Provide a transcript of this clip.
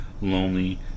lonely